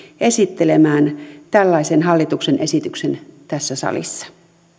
esittelemään tällaisen hallituksen esityksen tässä salissa